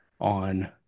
on